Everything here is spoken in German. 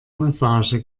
massage